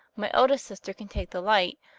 my eldest sister can take the light,